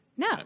No